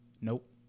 Nope